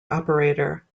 operator